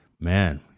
man